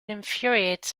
infuriates